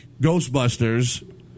Ghostbusters